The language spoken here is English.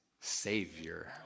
savior